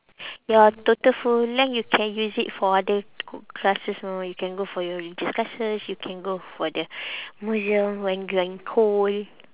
ya total full length you can use it for other classes mah you can go for your religious classes you can go for the museum when you're in cold